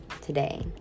today